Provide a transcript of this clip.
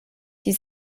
die